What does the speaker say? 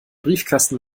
briefkasten